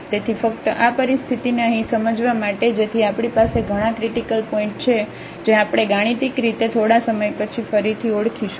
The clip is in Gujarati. તેથી ફક્ત આ પરિસ્થિતિને અહીં સમજવા માટે જેથી આપણી પાસે ઘણા ક્રિટીકલ પોઇન્ટ છે જે આપણે ગાણિતિક રીતે થોડા સમય પછી ફરીથી ઓળખીશું